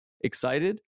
Excited